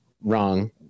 wrong